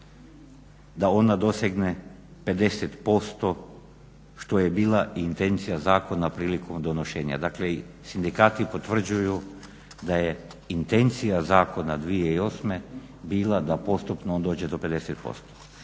da ona dosegne 50% što je bila i intencija zakona prilikom donošenja dakle sindikati potvrđuju da je intencija zakona 2008.bila da postupno on dođe do 50%.